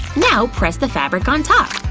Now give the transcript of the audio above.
now press the fabric on top.